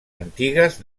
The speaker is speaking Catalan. antigues